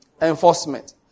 Enforcement